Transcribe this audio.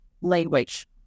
language